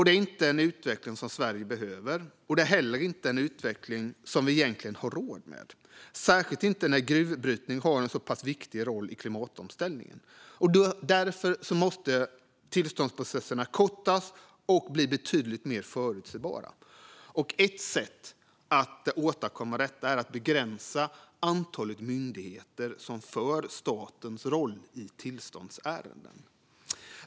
Det är en utveckling som Sverige inte behöver eller har råd med, särskilt inte när gruvbrytning har en så pass viktig roll i klimatomställningen. Därför måste tillståndsprocesserna kortas och bli betydligt mer förutsägbara. Ett sätt att åstadkomma detta är att begränsa antalet myndigheter som för statens talan i tillståndsärenden.